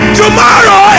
tomorrow